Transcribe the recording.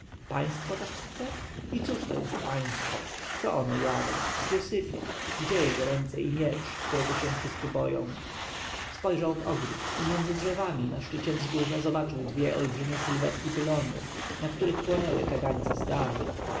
państwo tak chce i cóż to jest państwo co ono jada gdzie sypia gdzie jego ręce i miecz którego się wszyscy boją spojrzał w ogród i między drzewami na szczycie wzgórza zobaczył dwie olbrzymie sylwetki pylonów na których płonęły kagańce straży